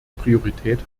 priorität